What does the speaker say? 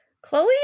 Chloe